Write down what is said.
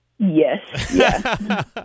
Yes